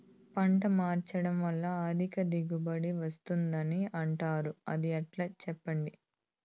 పంట మార్చడం వల్ల అధిక దిగుబడి వస్తుందని అంటారు అది ఎట్లా సెప్పండి